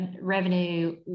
revenue